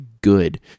good